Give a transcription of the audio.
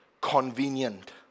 convenient